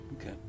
Okay